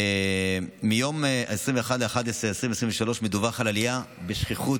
מיום 21 בנובמבר 2023 מדווח על עלייה בשכיחות